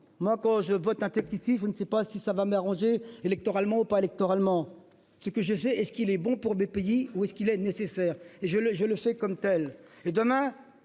Moi quand je vote un texte ici je ne sais pas si ça va mais arranger électoralement ou pas électoralement. Ce que je sais et ce qu'il est bon pour des pays où est-ce qu'il est nécessaire et je le je le fais comme telle et demain